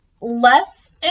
less